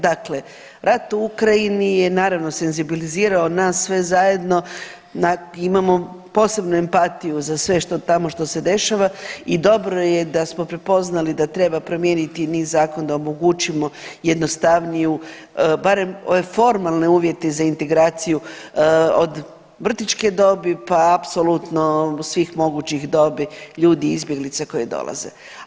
Dakle, rat u Ukrajini je naravno senzibilizirao nas sve zajedno, imamo posebnu empatiju za sve što se tamo dešava i dobro je da smo prepoznali da treba promijeniti niz zakona, omogućimo jednostavniju barem formalne uvjete za integraciju od vrtićke dobi, pa apsolutno svih mogućih dobi ljudi izbjeglica koje dolaze.